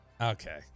Okay